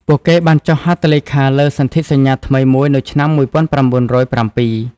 ពួកគេបានចុះហត្ថលេខាលើសន្ធិសញ្ញាថ្មីមួយនៅឆ្នាំ ១៩០៧។